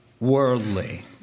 worldly